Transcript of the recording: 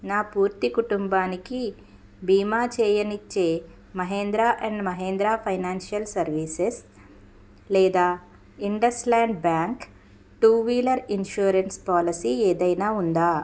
నా పూర్తి కుటుంబానికి బీమా చేయనిచ్చే Mahindra and Mahindra financial services లేదా IndusInd bank two wheeler insurance policy ఏదైనా ఉందా